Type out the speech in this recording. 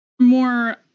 more